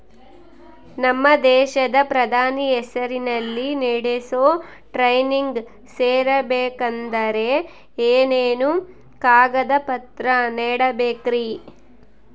ನಮ್ಮ ದೇಶದ ಪ್ರಧಾನಿ ಹೆಸರಲ್ಲಿ ನಡೆಸೋ ಟ್ರೈನಿಂಗ್ ಸೇರಬೇಕಂದರೆ ಏನೇನು ಕಾಗದ ಪತ್ರ ನೇಡಬೇಕ್ರಿ?